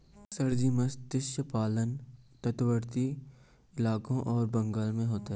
sir ji मत्स्य पालन तटवर्ती इलाकों और बंगाल में होता है